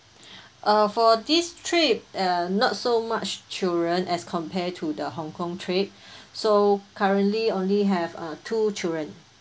uh for this trip err not so much children as compared to the Hong-Kong trip so currently only have uh two children